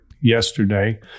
yesterday